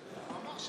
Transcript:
בעמוד 122?